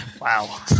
Wow